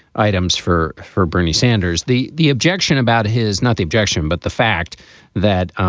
items for for bernie sanders, the the objection about his not the objection, but the fact that